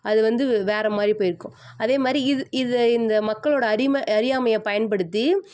அது வந்து வேறு மாதிரி போய்ருக்கும் அதே மாதிரி இது இது இந்த மக்களோட அடிமை அறியாமையை பயன்படுத்தி